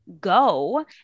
go